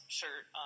shirt